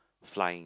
flying